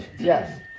yes